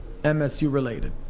MSU-related